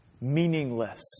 meaningless